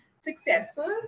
successful